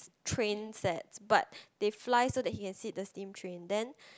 train sets but they fly so that he could see the steam trains then